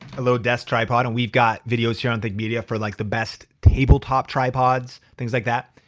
hello desk tripod. and we've got videos here on think media for like the best tabletop tripods, things like that.